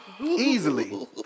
Easily